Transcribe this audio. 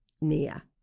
Nia